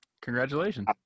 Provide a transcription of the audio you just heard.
congratulations